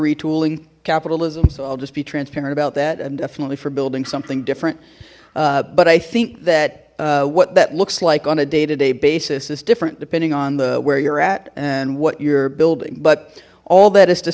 retooling capitalism so i'll just be transparent about that and definitely for building something different but i think that what that looks like on a day to day basis it's different depending on the where you're at and what you're building but all that is to